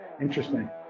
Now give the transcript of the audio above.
interesting